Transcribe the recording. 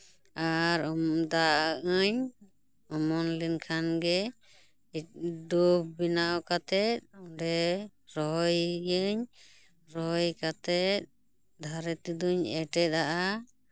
ᱟᱨ ᱫᱟᱜ ᱟᱜ ᱟᱹᱧ ᱚᱢᱚᱱ ᱞᱮᱱᱠᱷᱟᱱ ᱜᱮ ᱰᱳᱵ ᱵᱮᱱᱟᱣ ᱠᱟᱛᱮᱫ ᱚᱸᱰᱮ ᱨᱚᱦᱚᱭᱟᱹᱧ ᱨᱚᱦᱚᱭ ᱠᱟᱛᱮᱫ ᱫᱷᱟᱨᱮ ᱛᱮᱫᱚᱧ ᱮᱴᱮᱫᱟᱜᱼᱟ